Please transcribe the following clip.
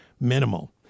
minimal